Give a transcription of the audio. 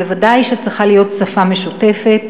וודאי צריכה להיות שפה משותפת.